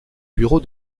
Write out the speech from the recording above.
bureau